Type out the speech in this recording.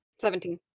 Seventeen